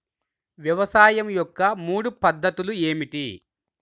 వ్యవసాయం యొక్క మూడు పద్ధతులు ఏమిటి?